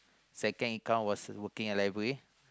second income was working at library